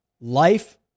life